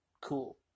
Cool